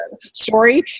story